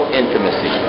intimacy